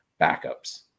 backups